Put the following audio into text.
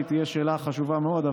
שהיא תהיה שאלה חשובה מאוד,